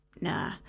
nah